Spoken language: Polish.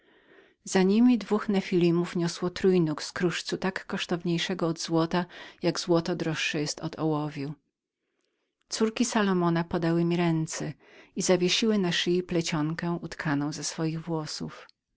za niemi dwóch nefelimów niosło trójnóg z kruszcu tak kosztowniejszego od złota jak to dla nas droższem jest od ołowiu córki salomona podały mi ręce i zawiesiły na szyi plecionkę utkaną z ich włosów